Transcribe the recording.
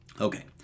Okay